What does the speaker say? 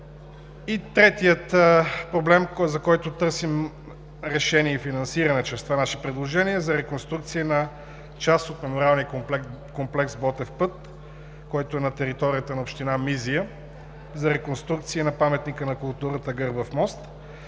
Третият проблем, за който търсим решение и финансиране, чрез това наше предложение, е за реконструкция на част от панорамния комплекс „Ботев път“, който е на територията на община Мизия, за реконструкция на паметника на културата „Гърбав мост“.